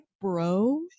Bro